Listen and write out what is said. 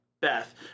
Beth